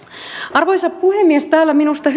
arvoisa puhemies minusta